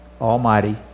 almighty